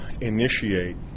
initiate